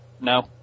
no